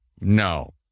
no